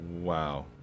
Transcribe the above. Wow